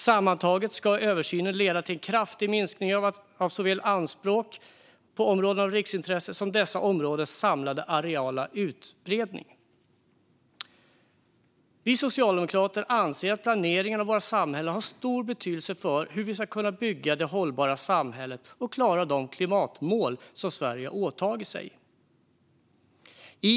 Sammantaget ska översynen leda till en kraftig minskning av såväl antalet anspråk på områden av riksintresse som dessa områdens samlade areella utbredning. Vi socialdemokrater anser att planeringen av våra samhällen har en stor betydelse för hur vi ska kunna bygga det hållbara samhället och klara de klimatmål som Sverige har åtagit sig att göra.